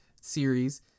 series